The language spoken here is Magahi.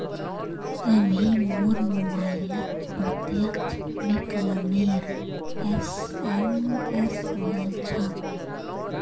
अभी मोर मोबाइलत प्रत्यक्ष विकलनेर एस.एम.एस वल छ